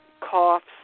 coughs